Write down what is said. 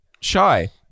shy